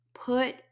Put